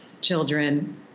children